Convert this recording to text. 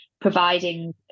providing